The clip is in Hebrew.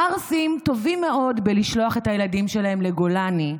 הערסים טובים מאוד בלשלוח את הילדים שלהם לגולני,